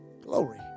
Glory